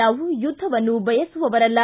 ನಾವು ಯುದ್ಧವನ್ನು ಬಯಸುವವರಲ್ಲ